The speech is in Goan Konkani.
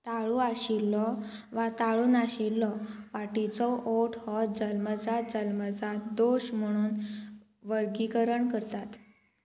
ताळू आशिल्लो वा ताळू नाशिल्लो वाटेचो ओट हो जल्मजात जल्मजात दोश म्हणून वर्गीकरण करतात